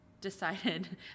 decided